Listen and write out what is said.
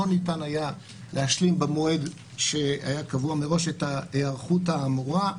לא ניתן היה להשלים במועד שהיה קבוע מראש את ההיערכות האמורה,